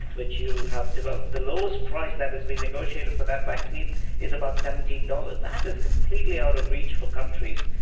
which you have developed the lowest price that has been negotiated for that vaccine is about seventeen dollars. that is completely out of reach for countries,